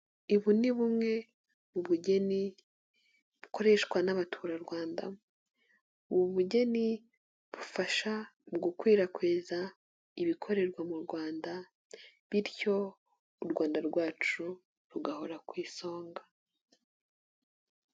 Ubu ni bumwe mu bugeni bukoreshwa n'abaturarwanda ubu bugeni bufasha mu gukwirakwiza ibikorerwa mu Rwanda bityo u Rwanda rwacu rugahora ku isonga.